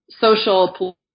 social